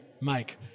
Mike